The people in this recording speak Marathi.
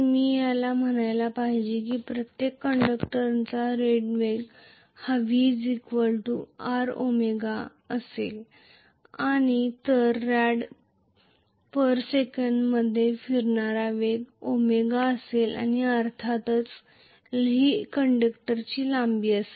मी म्हणायला पाहिजे की प्रत्येक कंडक्टरचा रेड वेग v r ω असेल तर rad rads मध्ये फिरणारा वेग ω असेल आणि अर्थातच l कंडक्टरची लांबी असेल